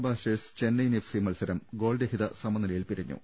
Blasters Chennaiyin F C മത്സരം ഗോൾരഹിത സമനിലയിൽ പിരിഞ്ഞു